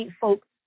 folks